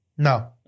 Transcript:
No